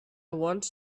want